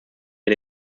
wir